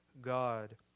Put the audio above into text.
God